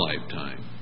lifetime